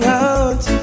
out